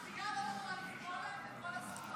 הדחייה לא יכולה לפגוע להם בכל הזכויות.